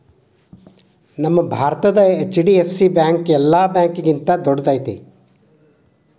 ನಮ್ಮ ಭಾರತದ HDFC bank ಯೆಲ್ಲಾ ಬ್ಯಾಂಕ್ಗಿಂತಾ ದೊಡ್ದೈತಿ